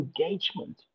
engagement